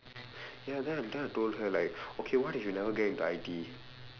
ya then I then I told her like okay what if you never get into I_T_E